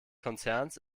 konzerns